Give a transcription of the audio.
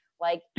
Like-